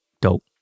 dope